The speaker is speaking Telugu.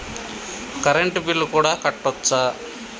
కరెంటు బిల్లు కూడా కట్టొచ్చా?